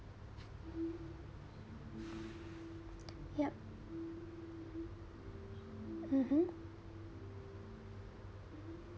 yup mmhmm